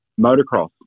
motocross